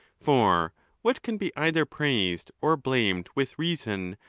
for what can be either praised or blamed with reason,